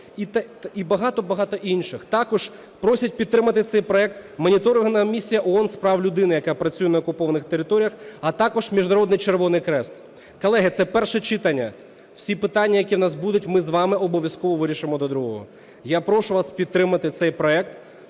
і багато-багато інших. Також просять підтримати цей проект Моніторингова місія ООН з прав людини, яка працює на окупованих територіях, а також Міжнародний Червоний Хрест. Колеги, це перше читання, всі питання, які в нас будуть, ми з вами обов'язково вирішимо до другого. Я прошу вас підтримати цей проект